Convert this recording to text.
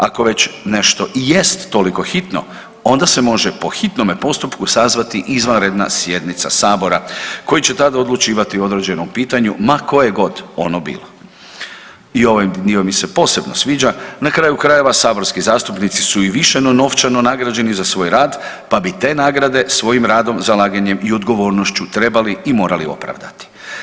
Ako već nešto i jest toliko hitno onda se može po hitnome postupku sazvati izvanredna sjednica Sabora koji će tada odlučivati o određenim pitanju ma kojegod ono bilo.“ I ovaj dio mi se posebno sviđa „na kraju krajeva saborski zastupnici su i više no novčano nagrađeni za svoj rad pa bi te nagrade svojim radom, zalaganjem i odgovornošću trebali i morati opravdati.